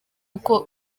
uko